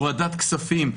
הורדת כספים,